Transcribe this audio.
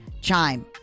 Chime